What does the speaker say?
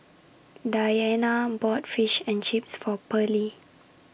Deanna bought Fish and Chips For Perley